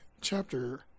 chapter